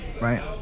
right